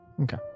Okay